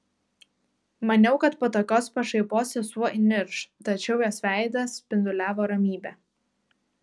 maniau kad po tokios pašaipos sesuo įnirš tačiau jos veidas spinduliavo ramybe